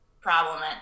problem